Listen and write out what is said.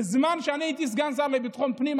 בזמן שאני הייתי סגן שר לביטחון פנים,